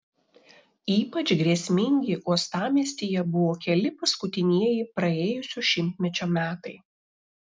ypač grėsmingi uostamiestyje buvo keli paskutinieji praėjusio šimtmečio metai